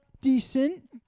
decent